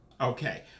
Okay